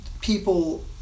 people